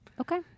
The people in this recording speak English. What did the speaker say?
okay